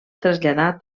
traslladat